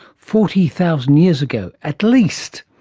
forty thousand years ago at least.